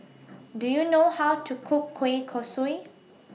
Do YOU know How to Cook Kueh Kosui